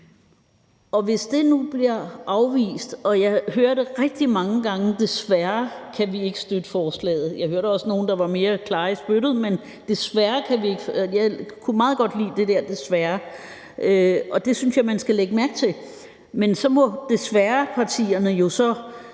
forbuddet til 2025. Jeg hørte rigtig mange gange: Desværre kan vi ikke støtte forslaget. Jeg hørte også nogle, der var mere klare i spyttet, men jeg kunne meget godt lide det der »desværre«, og det synes jeg man skal lægge mærke til. Men så må desværrepartierne jo